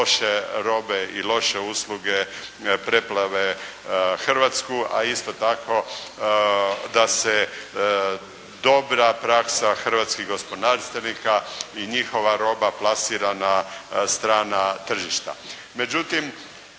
loše robe i loše usluge preplave Hrvatsku, a isto tako da se dobra praksa hrvatskih gospodarstvenika i njihova roba plasira na strana tržišta. Međutim,